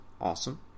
awesome